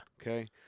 Okay